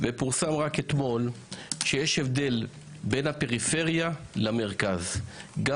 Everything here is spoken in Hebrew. ופורסם רק אתמול שיש הבדל בין הפריפריה למרכז גם